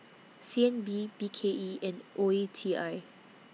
C N B B K E and O E T I